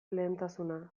lehentasuna